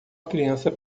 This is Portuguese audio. criança